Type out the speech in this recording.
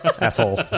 asshole